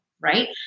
right